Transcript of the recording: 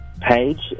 page